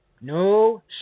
No